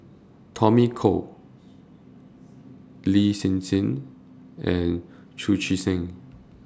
Tommy Koh Lin Hsin Hsin and Chu Chee Seng